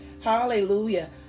Hallelujah